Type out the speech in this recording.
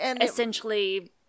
essentially